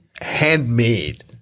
handmade